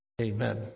Amen